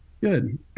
Good